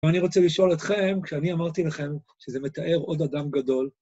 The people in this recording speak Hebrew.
ואני רוצה לשאול אתכם, כשאני אמרתי לכם שזה מתאר עוד אדם גדול,